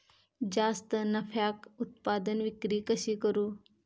जास्त नफ्याक उत्पादन विक्री कशी करू?